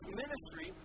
ministry